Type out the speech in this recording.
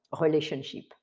relationship